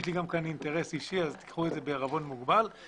כאן אינטרס אישי אז קחו את זה בעירבון מוגבל יש